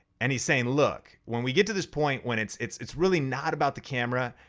and he's saying, look, when we get to this point when it's it's it's really not about the camera,